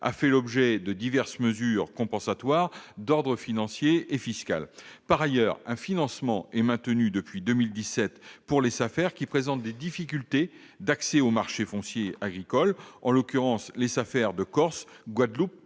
a fait l'objet de diverses mesures compensatoires d'ordre financier et fiscal. Par ailleurs, un financement est maintenu depuis 2017 pour les SAFER qui présentent des difficultés d'accès au marché foncier agricole, en l'occurrence les SAFER de Corse, de Guadeloupe,